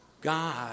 God